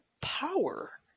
power